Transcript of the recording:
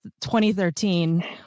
2013